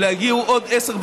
אלא יגיעו עוד 10,